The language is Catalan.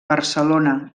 barcelona